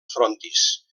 frontis